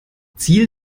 ziel